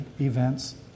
events